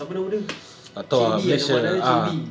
siapa nama dia cik B ah nama anak dia cik B